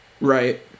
Right